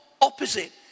opposite